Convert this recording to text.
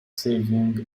savings